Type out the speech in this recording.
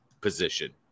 position